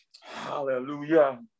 Hallelujah